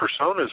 personas